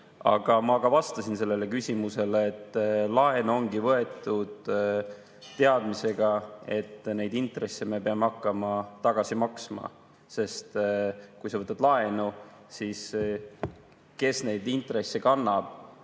Aga ma vastasin sellele küsimusele, et laen ongi võetud teadmisega, et neid intresse me peame hakkama tagasi maksma. Sest kui sa võtad laenu, siis kes neid intresse kannab?